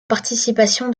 participation